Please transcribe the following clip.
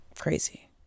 Crazy